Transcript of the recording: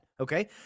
Okay